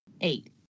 Eight